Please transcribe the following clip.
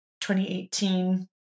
2018